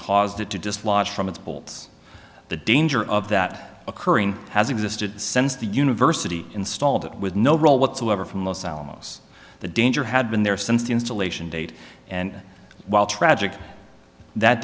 caused it to dislodge from its bolts the danger of that occurring has existed since the university installed with no role whatsoever from los alamos the danger had been there since the installation date and while tragic that